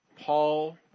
Paul